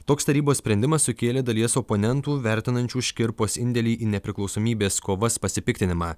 toks tarybos sprendimas sukėlė dalies oponentų vertinančių škirpos indėlį į nepriklausomybės kovas pasipiktinimą